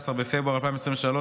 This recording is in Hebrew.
15 בפברואר 2023,